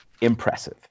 impressive